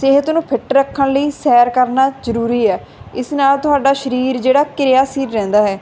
ਸਿਹਤ ਨੂੰ ਫਿੱਟ ਰੱਖਣ ਲਈ ਸੈਰ ਕਰਨਾ ਜ਼ਰੂਰੀ ਹੈ ਇਸ ਨਾਲ ਤੁਹਾਡਾ ਸਰੀਰ ਜਿਹੜਾ ਕਿਰਿਆਸ਼ੀਲ ਰਹਿੰਦਾ ਹੈ